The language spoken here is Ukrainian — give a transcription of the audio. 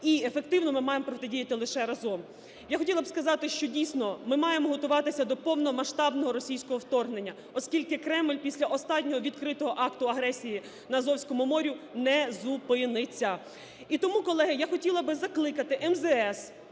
І ефективно ми маємо протидіяти лише разом. Я хотіла б сказати, що, дійсно, ми маємо готуватися до повномасштабного російського вторгнення, оскільки Кремль після останнього відкритого акту агресії на Азовському морі не зупиниться. І тому, колеги, я хотіла би закликати МЗС